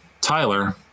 tyler